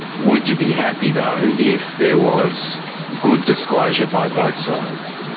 would you be happy though, if there was good disclosure by both sides?